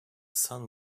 sun